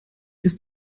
ist